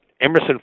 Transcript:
Emerson